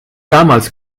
damals